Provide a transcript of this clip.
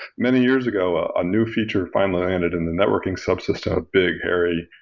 many years ago, ah a new feature finally landed in the networking subsystem, a big, hairy,